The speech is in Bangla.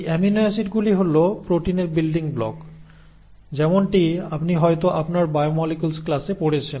এই অ্যামিনো অ্যাসিড গুলি হল প্রোটিনের বিল্ডিং ব্লক যেমনটি আপনি হয়তো আপনার বায়োমোলিকুলস ক্লাসে পড়েছেন